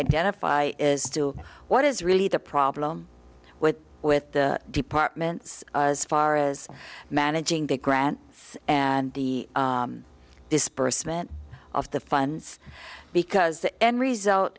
identify is to what is really the problem with with departments as far as managing the grant and the disbursement of the funds because the end result